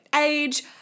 age